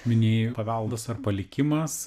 minėjai paveldas ar palikimas